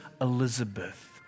Elizabeth